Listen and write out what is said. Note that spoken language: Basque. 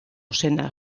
zena